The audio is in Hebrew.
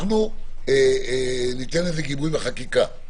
ניתן לזה גיבוי בחקיקה,